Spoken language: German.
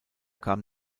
kam